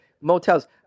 Motels